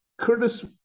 Curtis